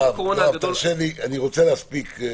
יואב, תרשה לי, אני רוצה להספיק.